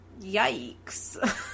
yikes